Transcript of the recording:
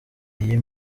iyi